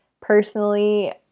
personally